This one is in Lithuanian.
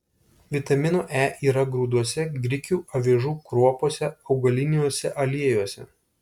vitamino e yra grūduose grikių avižų kruopose augaliniuose aliejuose